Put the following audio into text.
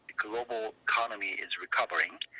global economy is recovering